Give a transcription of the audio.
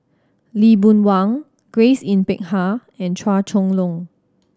Lee Boon Wang Grace Yin Peck Ha and Chua Chong Long